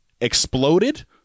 exploded